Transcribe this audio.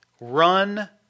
run